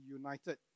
united